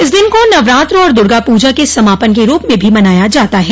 इस दिन को नवरात्र और दूर्गा पूजा के समापन के रूप में भी मनाया जाता है